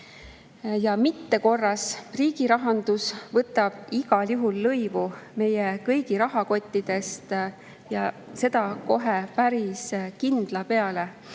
Mittekorras riigirahandus võtab igal juhul lõivu meie kõigi rahakottidest ja seda päris kindla peale.